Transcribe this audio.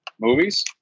movies